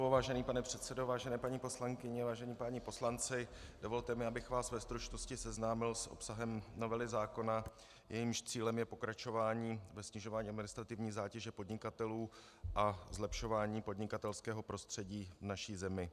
Vážený pane předsedo, vážené paní poslankyně, vážení páni poslanci, dovolte mi, abych vás ve stručnosti seznámil s obsahem novely zákona, jejímž cílem je pokračování ve snižování administrativní zátěže podnikatelů a zlepšování podnikatelského prostředí v naší zemi.